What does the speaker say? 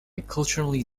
culturally